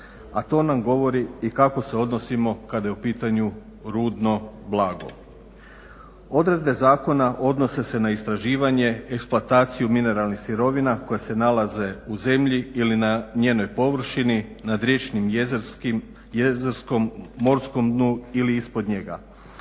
A to nam govori i kako se odnosimo kada je u pitanju rudno blago. Odredbe zakona odnose se na istraživanje, eksploataciju mineralnih sirovina koje se nalaze u zemlji ili na njenoj površini, nad riječnom, jezerskom, morskom dnu ili ispod njega,